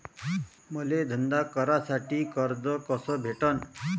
मले धंदा करासाठी कर्ज कस भेटन?